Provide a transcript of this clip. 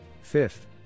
Fifth